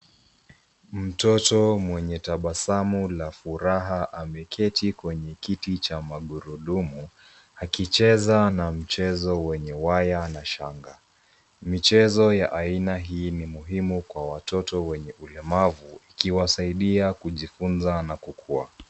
Mtoto mwenye tabasamu la furaha ameketi kwenye kiti cha magurudumu akicheza na mchezo wenye waya na shanga. Michezo ya aina hii ni muhimu kwa watoto wenye ulemavu ikiwasaidia kujifunza na kukua.